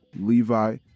levi